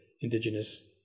indigenous